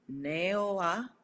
Neoa